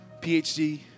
PhD